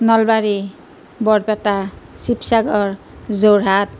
Nalbari Barpeta Sivasagar Jorhat